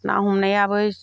ना हमनायाबो